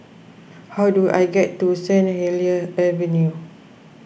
how do I get to Saint Helier's Avenue